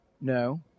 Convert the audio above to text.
No